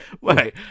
Wait